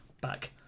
back